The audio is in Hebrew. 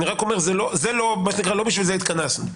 אבל לא בשביל זה לא התכנסנו.